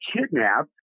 kidnapped